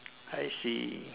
I see